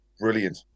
brilliant